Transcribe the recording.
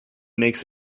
makes